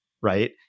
right